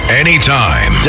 anytime